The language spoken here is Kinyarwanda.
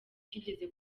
cyigeze